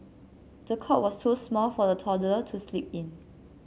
the cot was too small for the toddler to sleep in